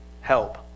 help